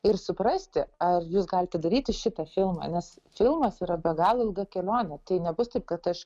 ir suprasti ar jūs galite daryti šitą filmą nes filmas yra be galo ilga kelionė tai nebus taip kad aš